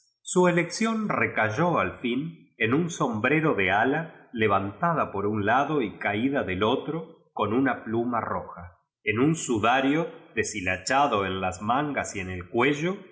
su elección recayó al fin en un sombrero de ala levantada por un lado y caída del otro cou una pluma roja en un sudario deshilacliado en las mangas y en el cuello